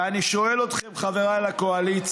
ואני שואל אתכם, חבריי לקואליציה,